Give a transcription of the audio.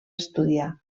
estudiar